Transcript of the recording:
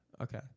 Okay